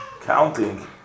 counting